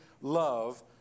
love